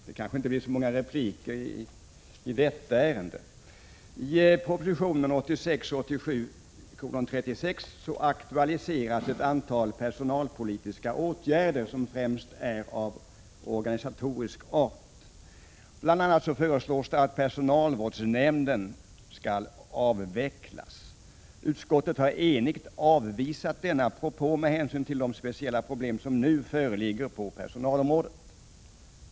Herr talman! I proposition 1986/87:36 aktualiseras ett antal personalpolitiska åtgärder, främst av organisatorisk art. Bl.a. föreslås att försvarets personalvårdsnämnd skall avvecklas. Utskottet har enigt avvisat denna propå med hänsyn till de speciella problem som nu föreligger på personalområdet.